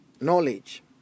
knowledge